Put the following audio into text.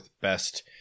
best